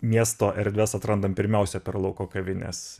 miesto erdves atrandam pirmiausia per lauko kavines